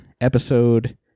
episode